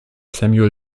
samuel